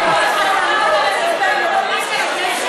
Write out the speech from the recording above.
שהם שותפים לארגוני טרור.